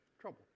trouble